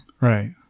right